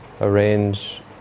arrange